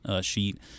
sheet